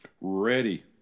Ready